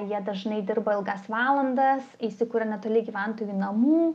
jie dažnai dirba ilgas valandas įsikuria netoli gyventojų namų